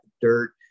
dirt